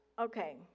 okay